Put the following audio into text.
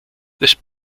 this